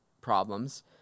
problems